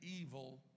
evil